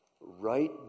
right